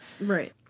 Right